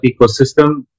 ecosystem